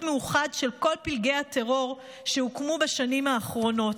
מאוחד של כל פלגי הטרור שהוקם בשנים האחרונות.